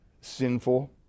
sinful